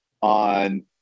on